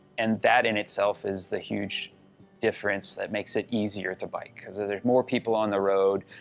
and that in itself is the huge difference that makes it easier to bike. because if there's more people on the road,